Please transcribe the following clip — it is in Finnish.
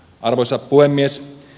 arvoisa puhemies